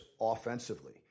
offensively